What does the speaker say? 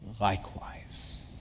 likewise